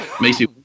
Macy